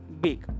big